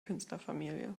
künstlerfamilie